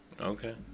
Okay